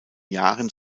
jahren